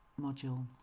module